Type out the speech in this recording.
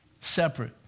separate